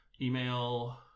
email